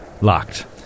Locked